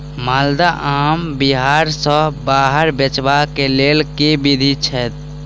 माल्दह आम बिहार सऽ बाहर बेचबाक केँ लेल केँ विधि छैय?